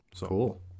Cool